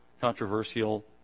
controversial